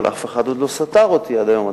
אבל אף אחד עוד לא סתר אותי עד היום,